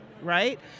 Right